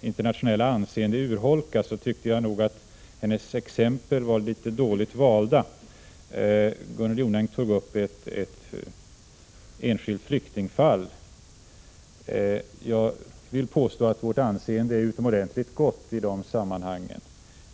internationella anseende urholkas tycker jag att hennes exempel var litet dåligt valt, när hon tog upp ett enskilt flyktingfall. Jag vill påstå att Sveriges anseende är utomordentligt gott i de sammanhangen.